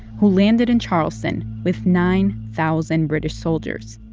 who landed in charleston with nine thousand british soldiers